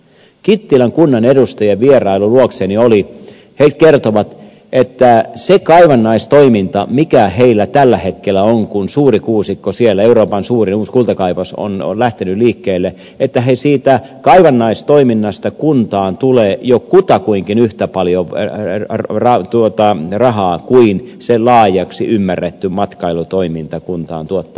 kittilän kunnan edustajat vierailivat luonani ja he kertoivat että siitä kaivannaistoiminnasta mikä heillä tällä hetkellä on kun suurikuusikko euroopan suurin uusi kultakaivos on siellä lähtenyt liikkeelle tulee kuntaan jo kutakuinkin yhtä paljon rahaa kuin se laajaksi ymmärretty matkailutoiminta kuntaan tuottaa